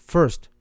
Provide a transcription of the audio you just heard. First